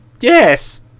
Yes